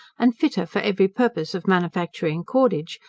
and fitter for every purpose of manufacturing cordage,